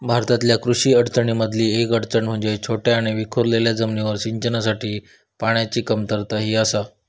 भारतातल्या कृषी अडचणीं मधली येक अडचण म्हणजे छोट्या आणि विखुरलेल्या जमिनींवर सिंचनासाठी पाण्याची कमतरता ही आसा